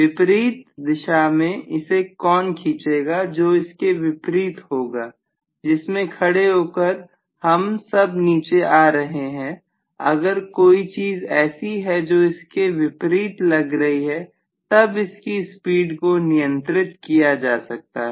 विपरीत दिशा में इसे कौन खींचेगा जो इसके वितरित होगा जिसमें खड़े होकर हम सब नीचे आ रहे हैं अगर कोई चीज ऐसी है जो इसके विपरीत लग रही है तब इसकी स्पीड को नियंत्रित किया जा सकता है